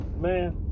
Man